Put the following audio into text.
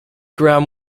graham